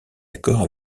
accords